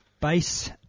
base